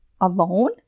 alone